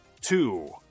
two